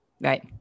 Right